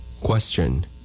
Question